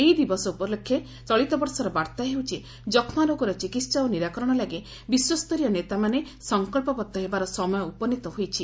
ଏହି ଦିବସ ଉପଲକ୍ଷେ ଚଳତ ବର୍ଷର ବାର୍ଭା ହେଉଛି ଯକ୍ଷ୍ମା ରୋଗର ଚିକିତ୍ସା ଓ ନିରାକରଣ ଲାଗି ବିଶ୍ୱସ୍ତରୀୟ ନେତାମାନେ ସଙ୍କ୍ସବଦ୍ଧ ହେବାର ସମୟ ଉପନୀତ ହୋଇଛି